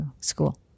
school